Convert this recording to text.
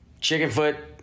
Chickenfoot